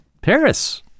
Paris